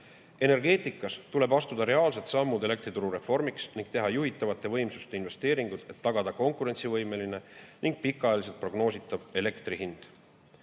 Energeetikas tuleb astuda reaalsed sammud elektriturureformiks ning teha juhitavate võimsuste investeeringud, et tagada konkurentsivõimeline ning pikaajaliselt prognoositav elektri hind.